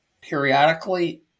periodically